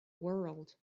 world